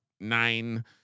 Nine